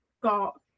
got